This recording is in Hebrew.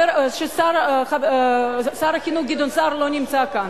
ששר החינוך גדעון סער לא נמצא כאן.